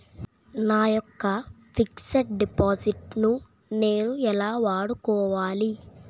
నా యెక్క fixed deposit ను నేను ఎలా వాడుకోవాలి?